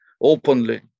openly